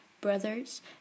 brothers